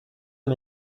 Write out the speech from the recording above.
him